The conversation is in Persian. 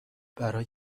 برای